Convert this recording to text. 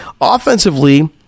Offensively